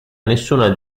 nessuna